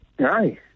Hi